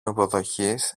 υποδοχής